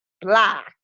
black